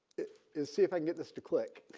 is see if i can get this to click,